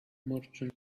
merchant